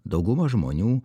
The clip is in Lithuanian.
dauguma žmonių